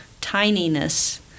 tininess